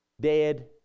dead